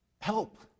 Help